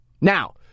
Now